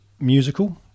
musical